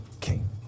king